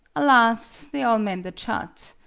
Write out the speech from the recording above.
alas! they all mended shut!